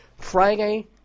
Friday